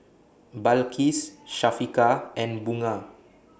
Balqis Syafiqah and Bunga